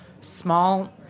small